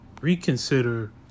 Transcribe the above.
reconsider